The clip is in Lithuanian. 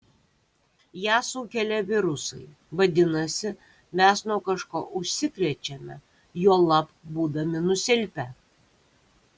ją sukelia virusai vadinasi mes nuo kažko užsikrečiame juolab būdami nusilpę